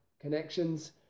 connections